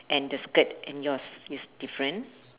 and the skirt and yours is different